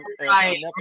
Right